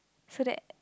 so that